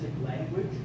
language